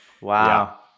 Wow